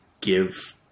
give